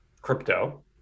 crypto